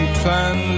plan